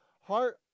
heart